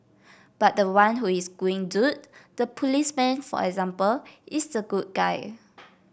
but the one who is doing good the policeman for example is the good guy